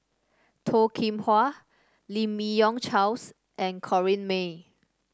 Toh Kim Hwa Lim Yi Yong Charles and Corrinne May